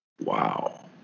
Wow